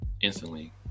instantly